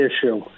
issue